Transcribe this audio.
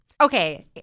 Okay